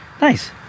Nice